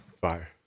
Fire